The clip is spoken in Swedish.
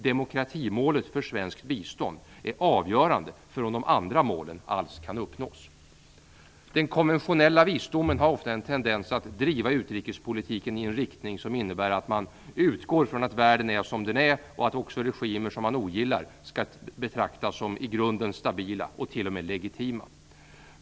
Demokratimålet för svenskt bistånd är avgörande för om de andra målen alls kan uppnås. Den konventionella visdomen har ofta en tendens att driva utrikespolitiken i en riktning som innebär att man utgår från att världen är som den är och att också regimer som man ogillar skall betraktas som i grunden stabila och t.o.m. legitima.